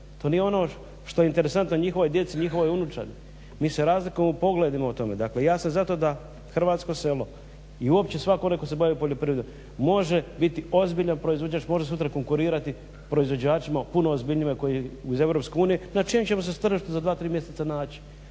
to nije ono što je interesantno njihovoj djeci, njihovoj unučadi. Mi se razlikujemo u pogledima u tome, dakle ja sam za to da Hrvatsko selo i uopće svako onaj tko se bavi poljoprivredom može biti ozbiljan proizvođač, može sutra konkurirati proizvođačima, puno ozbiljnijima koji su iz EU, na čijem ćemo se tržištu za 2, 3 mjeseca naći.